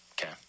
Okay